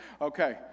Okay